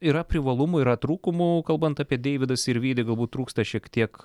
yra privalumų yra trūkumų kalbant apie deividą sirvydį galbūt trūksta šiek tiek